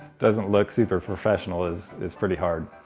doesn't look super professional is is pretty hard.